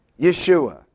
Yeshua